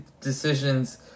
decisions